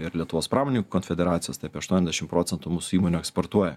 ir lietuvos pramonininkų konfederacijos tai apie aštuoniasdešim procentų mūsų įmonių eksportuoja